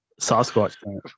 Sasquatch